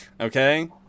Okay